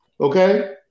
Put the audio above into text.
okay